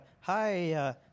hi